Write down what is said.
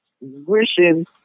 wishing